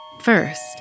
First